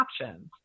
options